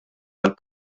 għall